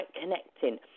connecting